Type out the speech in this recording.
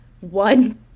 one